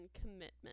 commitment